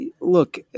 look